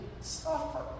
suffer